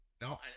No